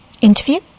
interview